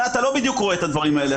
אתה לא בדיוק רואה את הדברים האלה,